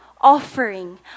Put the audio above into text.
offering